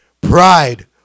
pride